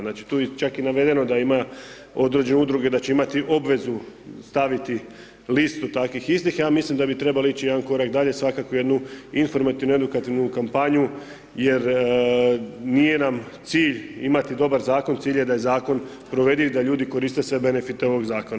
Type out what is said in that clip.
Znači tu je čak i navedeno da ima određene udruge, da će imati obvezu staviti listu takvih istih, ja mislim da bi trebale ići jedan korak dalje, svakako jednu informativno-edukativnu kampanju jer nije nam cilj imati dobar zakon, cilj je da je zakon provediv, da ljudi koriste sve benefite ovog zakona.